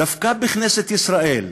דווקא בכנסת ישראל,